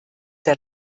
der